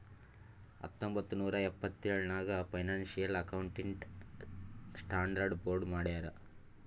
ಹತ್ತೊಂಬತ್ತ್ ನೂರಾ ಎಪ್ಪತ್ತೆಳ್ ನಾಗ್ ಫೈನಾನ್ಸಿಯಲ್ ಅಕೌಂಟಿಂಗ್ ಸ್ಟಾಂಡರ್ಡ್ ಬೋರ್ಡ್ ಮಾಡ್ಯಾರ್